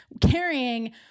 carrying